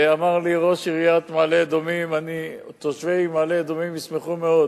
אמר לי ראש עיריית מעלה-אדומים: תושבי מעלה-אדומים ישמחו מאוד